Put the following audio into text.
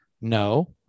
No